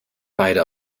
beide